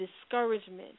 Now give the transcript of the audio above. discouragement